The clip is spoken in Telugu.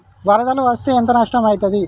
వరదలు వస్తే ఎంత నష్టం ఐతది?